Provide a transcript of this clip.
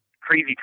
crazy